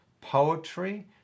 poetry